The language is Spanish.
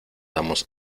damos